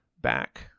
back